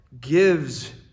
gives